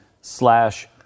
slash